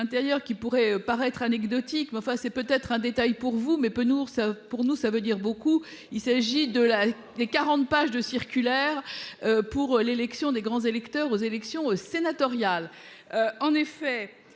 qui pourrait paraître anecdotique, mais enfin c'est peut-être un détail pour vous mais peu Nour ça pour nous ça veut dire beaucoup. Il s'agit de la les 40 pages de circulaire. Pour l'élection des grands électeurs aux élections sénatoriales. En effet,